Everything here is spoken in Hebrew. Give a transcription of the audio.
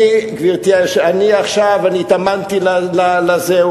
זאב, גברתי, התאמנתי לזה.